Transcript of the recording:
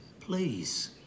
Please